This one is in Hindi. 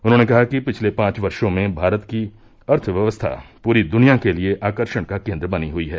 उन्होंने कहा कि पिछले पांच वर्षो में भारत की अर्थव्यवस्था पूरी दुनिया के लिए आकर्षण का केन्द्र बनी हुई है